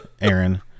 Aaron